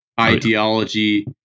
ideology